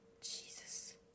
Jesus